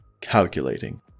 calculating